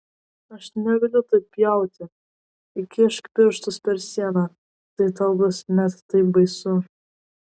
aš negaliu taip pjauti įkišk pirštus per sieną tai tau bus net taip baisu